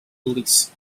release